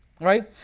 Right